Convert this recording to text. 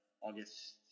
August